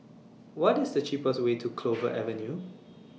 What IS The cheapest Way to Clover Avenue